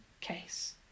case